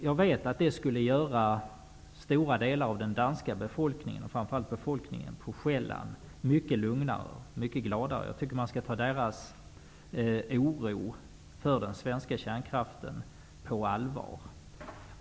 Jag vet att det skulle göra stora delar av den danska befolkningen, framför allt på Själland, mycket lugnare och mycket gladare. Jag tycker att man skall ta deras oro för den svenska kärnkraften på allvar.